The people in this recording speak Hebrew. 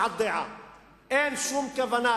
אין שום כוונה.